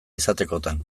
izatekotan